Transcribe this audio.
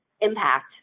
impact